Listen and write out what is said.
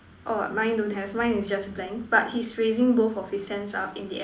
orh mine don't have mine is just blank but he's raising both of his hands up in the air